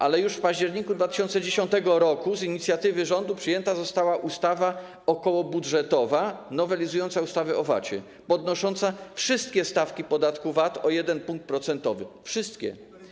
Ale już w październiku 2010 r. z inicjatywy rządu przyjęta została ustawa okołobudżetowa nowelizująca ustawę o VAT, podnosząca wszystkie stawki podatku VAT o 1 punkt procentowy, wszystkie.